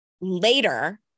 later